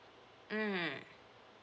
mm